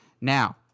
now